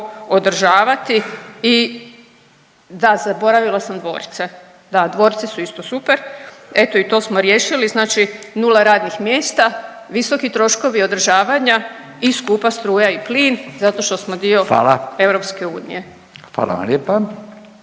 održavati i da zaboravila sam dvorce, da dvorci su isto super eto i to smo riješili. Znači nula radnih mjesta, visoki troškovi održavanja i skupa struja i plin zato što smo dio EU. **Radin, Furio (Nezavisni)** Hvala vam lijepa.